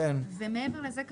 מעבר לזה,